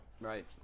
right